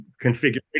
configuration